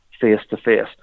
face-to-face